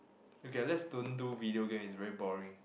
okay uh let's don't do video game is very boring